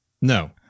No